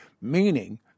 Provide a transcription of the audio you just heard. meaning